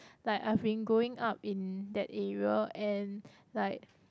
like I have been growing up in that area and like